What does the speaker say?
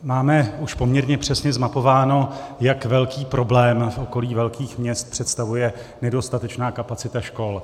Máme už poměrně přesně zmapováno, jak velký problém v okolí velkých měst představuje nedostatečná kapacita škol.